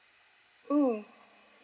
mm